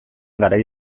garai